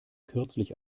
kürzlich